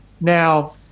Now